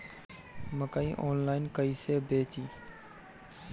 मकई आनलाइन कइसे बेची?